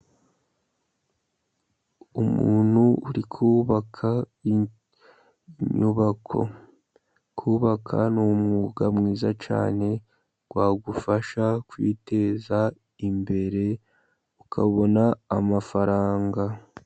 Umuntu uri kubaka inyubako. Kubaka ni umwuga mwiza cyane, wagufasha kwiteza imbere ukabona amafaranga.